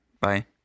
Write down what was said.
Bye